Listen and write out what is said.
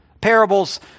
Parables